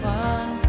one